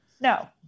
No